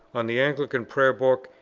on the anglican prayer book,